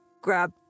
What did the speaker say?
grab